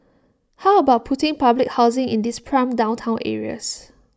how about putting public housing in these prime downtown areas